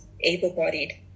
able-bodied